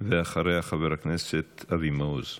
ואחריה, חבר הכנסת אבי מעוז.